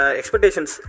expectations